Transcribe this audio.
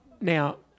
Now